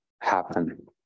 happen